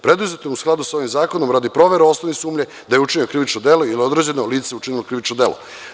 Preduzeto je u skladu sa ovim zakonom radi provere osnovne sumnje da je učinjeno krivično delo ili da je određeno lice učinilo krivično delo.